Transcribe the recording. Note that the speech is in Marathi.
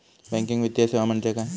बँकिंग वित्तीय सेवा म्हणजे काय?